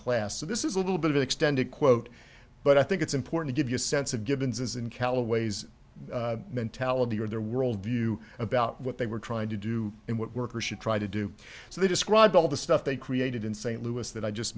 class so this is a little bit of an extended quote but i think it's important to give you a sense of givens as an callaways mentality or their worldview about what they were trying to do and what workers should try to do so they describe all of the stuff they created in st louis that i just